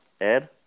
Ed